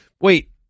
wait